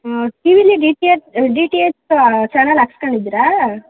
ಹಾಂ ಟಿ ವಿಲಿ D T H D T H channel ಹಾಕಿಸ್ಕೊಂಡಿದೀರಾ